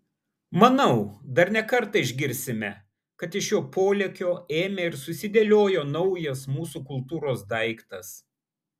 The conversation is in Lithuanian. manau dar ne kartą išgirsime kad iš jo polėkio ėmė ir susidėliojo naujas mūsų kultūros daiktas